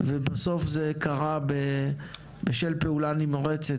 ובסוף זה קרה בשל פעולה נמרצת,